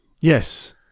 Yes